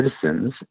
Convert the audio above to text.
citizens